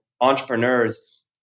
entrepreneurs